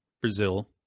Brazil